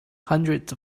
hundreds